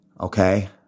Okay